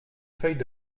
feuille